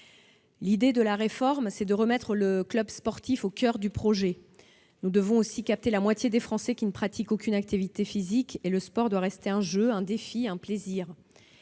de la réforme est de remettre le club sportif au coeur du projet. Nous devons aussi capter la moitié des Français qui ne pratiquent aucune activité physique. Le sport doit rester un jeu, un défi, un plaisir.